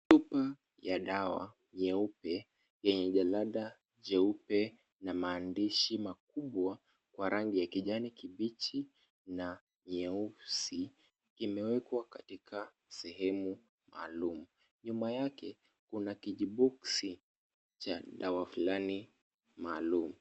Chupa ya dawa nyeupe yenye jalada jeupe na maandishi makubwa kwa rangi ya kijani kibichi na nyeusi kimewekwa katika sehemu maalum. Nyuma yake kuna kijiboksi cha dawa fulani maalum.